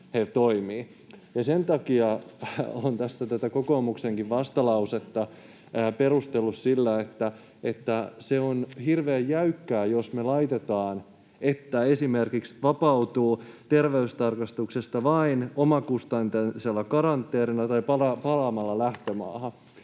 olen tässä tätä kokoomuksenkin vastalausetta kritisoinut siitä, että se on hirveän jäykkää, jos me laitetaan esimerkiksi, että vapautuu terveystarkastuksesta vain omakustanteisella karanteenilla tai palaamalla lähtömaahan.